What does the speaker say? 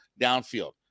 downfield